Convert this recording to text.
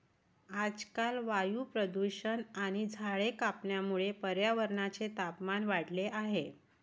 आजकाल वायू प्रदूषण आणि झाडे कापण्यामुळे पर्यावरणाचे तापमान वाढले आहे